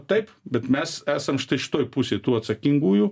taip bet mes esam štai šitoj pusėj tų atsakingųjų